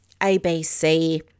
ABC –